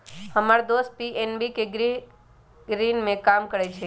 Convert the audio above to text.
हम्मर दोस पी.एन.बी के गृह ऋण में काम करइ छई